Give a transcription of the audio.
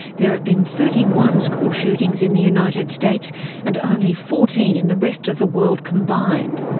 there have been thirty one school shootings in the united states and only fourteen in the rest of the world combined.